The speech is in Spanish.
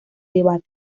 debate